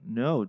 no